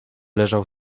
leżał